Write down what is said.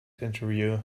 interview